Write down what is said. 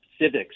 civics